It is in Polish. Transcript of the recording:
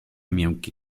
miękkie